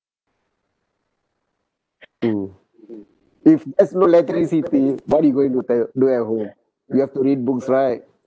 true if there's no electricity what are you going to tell do at home we have to read books right